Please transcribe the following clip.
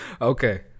Okay